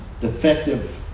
defective